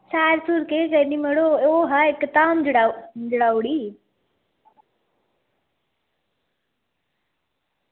सैर केह् करनी मड़ो ओह् हा इक्क धाम जुड़ाई ओड़ी